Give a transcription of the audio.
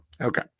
okay